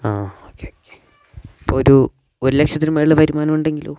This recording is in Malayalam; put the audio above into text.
ആ ഓക്കെ ഓക്കെ അപ്പോഴൊരു ഒരു ലക്ഷത്തിനു മുകളിൽ വരുമാനം ഉണ്ടെങ്കിലോ